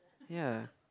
ya